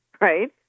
right